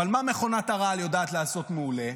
אבל מה מכונת הרעל יודעת לעשות מעולה?